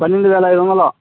పన్నెండువేల అయిదొందలు